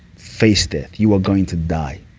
face death. you are going to die.